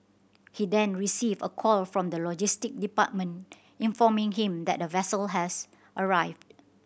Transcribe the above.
he then received a call from the logistic department informing him that a vessel has arrived